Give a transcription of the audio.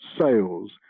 sales